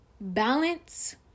balance